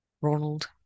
Ronald